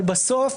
בסוף,